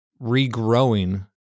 regrowing